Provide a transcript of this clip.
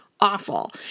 awful